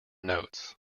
notes